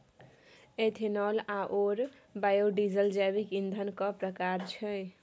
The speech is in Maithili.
इथेनॉल आओर बायोडीजल जैविक ईंधनक प्रकार छै